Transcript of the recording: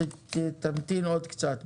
אתה תמתין עוד קצת.